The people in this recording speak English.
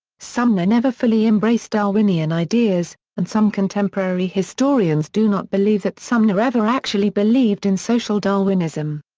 sumner never fully embraced darwinian ideas, and some contemporary historians do not believe that sumner ever actually believed in social darwinism.